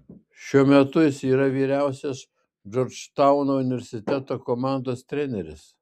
šiuo metu jis yra vyriausias džordžtauno universiteto komandos treneris